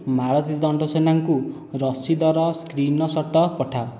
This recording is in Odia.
ମାଳତୀ ଦଣ୍ଡସେନାଙ୍କୁ ରସିଦର ସ୍କ୍ରିନ୍ ସର୍ଟ ପଠାଅ